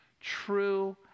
true